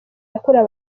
yakorewe